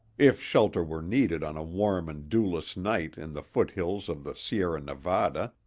if shelter were needed on a warm and dewless night in the foothills of the sierra nevada,